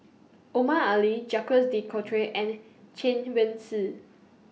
Omar Ali Jacques De Coutre and Chen Wen Hsi